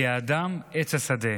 כי האדם עץ השדה.